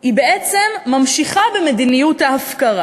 היא בעצם ממשיכה במדיניות ההפקרה.